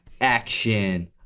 action